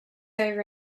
over